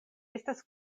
estas